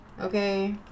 Okay